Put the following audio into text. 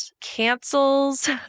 cancels